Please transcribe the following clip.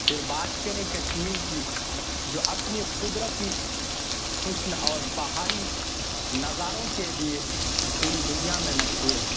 پھر بات کریں کشمیر کی جو اپنی قدرتی حسن اور پہاڑی نظاروں کے لیے پوری دنیا میں مشہور ہے